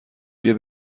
بیا